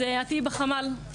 אז תהיי בחמ"ל.